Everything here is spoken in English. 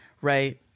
right